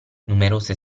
numerose